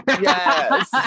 Yes